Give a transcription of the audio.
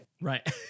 Right